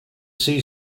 see